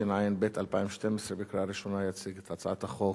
התשע"ב 2012, קריאה ראשונה, יציג את הצעת החוק